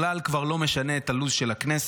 זה בכלל כבר לא משנה את הלו"ז של הכנסת.